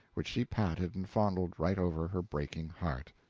which she patted and fondled right over her breaking heart.